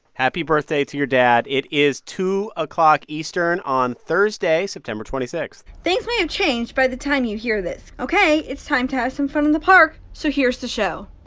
happy birthday to your dad. it is two o'clock eastern on thursday, september twenty six point things may have changed by the time you hear this. ok. it's time to have some fun in the park, so here's the show